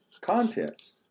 contents